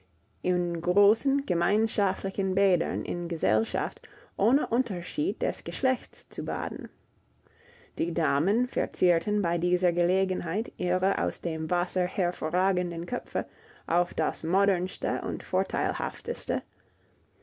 in großen gemeinschaftlichen bädern in gesellschaft ohne unterschied des geschlechts zu baden die damen verzierten bei dieser gelegenheit ihre aus dem wasser hervorragenden köpfe auf das modernste und vorteilhafteste